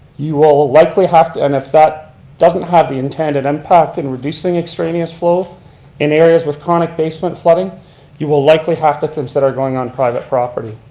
you will will likely have, and if that doesn't have the intent and impact in reducing extraneous flow in areas with chronic basement flooding you will likely have to consider going on private property.